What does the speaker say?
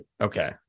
okay